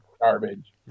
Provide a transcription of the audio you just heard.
garbage